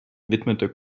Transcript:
widmete